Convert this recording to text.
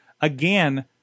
again